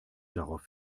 darauf